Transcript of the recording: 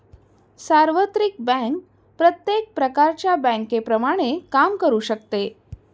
सार्वत्रिक बँक प्रत्येक प्रकारच्या बँकेप्रमाणे काम करू शकते